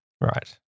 Right